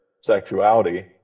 sexuality